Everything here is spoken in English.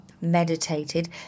meditated